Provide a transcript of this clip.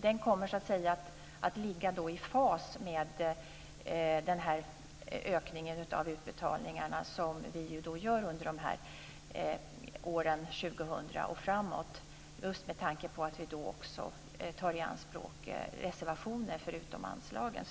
den kommer så att säga att ligga i fas med den ökning av utbetalningarna som vi gör under åren 2000 och framåt just med tanke på att vi då också tar i anspråk reservationer förutom anslagen.